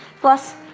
Plus